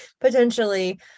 potentially